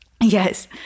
Yes